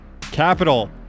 Capital